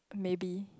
maybe